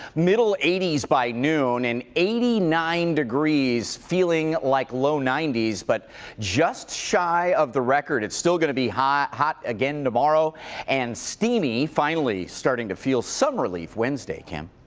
middle eighty s by noon. and eighty nine degrees feeling like low ninety s. but just shy of the record. it's still gonna be hot hot again tomorrow and steamy, finally starting to feel some relief wednesday, kim.